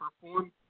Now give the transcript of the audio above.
perform